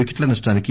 వికెట్ల నష్టానికి